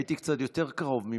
הייתי קצת יותר קרוב ממך,